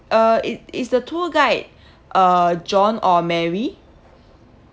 uh it is the tour guide uh john or marry